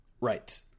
Right